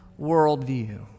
worldview